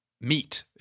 meat